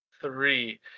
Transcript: three